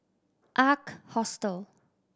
Ark Hostel